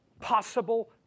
possible